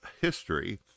history